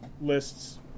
lists